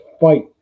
fight